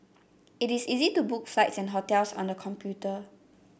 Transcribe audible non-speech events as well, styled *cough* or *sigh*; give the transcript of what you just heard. *noise* it is easy to book flights and hotels on the computer